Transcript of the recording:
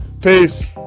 peace